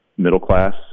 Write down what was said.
middle-class